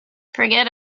forget